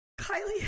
Kylie